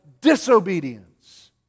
disobedience